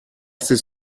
ces